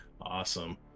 Awesome